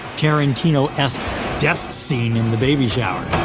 tarantino-esque death scene in the baby shower.